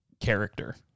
character